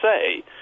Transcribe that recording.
say